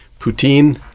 poutine